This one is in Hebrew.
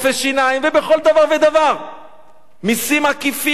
ובכל דבר ודבר מסים עקיפים על גבי מסים עקיפים?